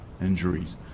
injuries